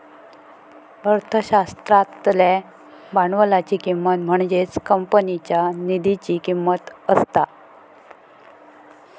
अर्थशास्त्रातल्या भांडवलाची किंमत म्हणजेच कंपनीच्या निधीची किंमत असता